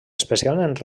especialment